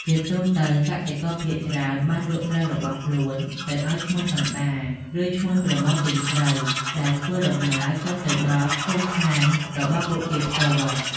ជាទូទៅ កសិករភាគច្រើនបានលក់ស្រូវរបស់ខ្លួនទៅឲ្យឈ្មួញកណ្ដាល ឬឈ្មួញប្រមូលទិញស្រូវ ដែលធ្វើដំណើរចុះទៅដល់ភូមិឋានរបស់ពួកគេផ្ទាល់។